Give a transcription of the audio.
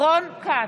רון כץ,